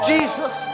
Jesus